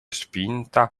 spinta